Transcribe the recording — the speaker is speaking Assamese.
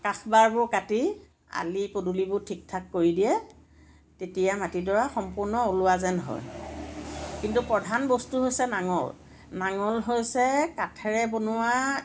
কাষ বাৰবোৰ কাটি আলি পদুলিবোৰ ঠিক ঠাক কৰি দিয়ে তেতিয়া মাটি ডৰা সম্পূৰ্ণ ওলোৱা যেন হয় কিন্তু প্ৰধান বস্তু হৈছে নাঙল নাঙল হৈছে কাঠেৰে বনোৱা